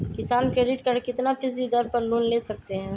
किसान credit card कितना फीसदी दर पर लोन ले सकते हैं?